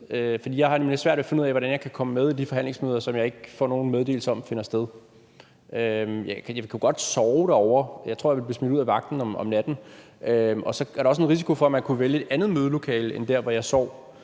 For jeg har nemlig svært ved at finde ud af, hvordan jeg kan komme med til de forhandlingsmøder, som jeg ikke får nogen meddelelse om finder sted. Jeg kunne godt sove derovre, men jeg tror, jeg ville blive smidt ud af vagten om natten. Der er også en risiko for, at man ville vælge et andet mødelokale end det, jeg sov